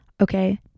Okay